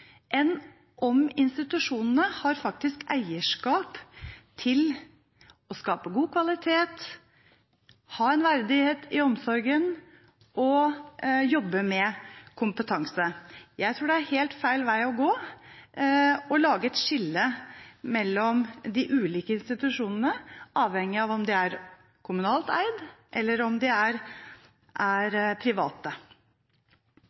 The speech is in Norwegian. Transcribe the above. om institusjonene faktisk har eierskap til å skape god kvalitet, ha en verdighet i omsorgen og jobbe med kompetanse. Jeg tror det er en helt feil vei å gå å lage et skille mellom de ulike institusjonene, avhengig av om de er kommunalt eid eller om de er private. For Høyre er